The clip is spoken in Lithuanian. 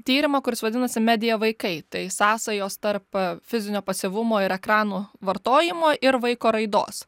tyrimą kuris vadinasi medija vaikai tai sąsajos tarp fizinio pasyvumo ir ekranų vartojimo ir vaiko raidos